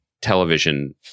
television